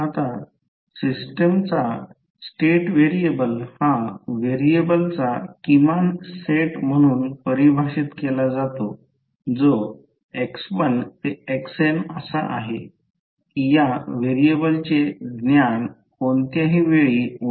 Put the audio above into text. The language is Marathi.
आता सिस्टमचा स्टेट व्हेरिएबल हा व्हेरिएबलचा किमान सेट म्हणून परिभाषित केला जातो जो x1 ते xn असा आहे की या व्हेरिएबलचे ज्ञान कोणत्याही वेळी उदा